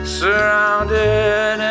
surrounded